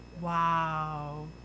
wow